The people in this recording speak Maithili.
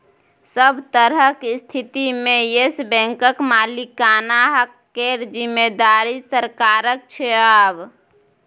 सभ तरहक स्थितिमे येस बैंकक मालिकाना हक केर जिम्मेदारी सरकारक छै आब